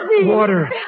Water